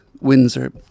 Windsor